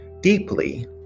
deeply